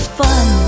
fun